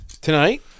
Tonight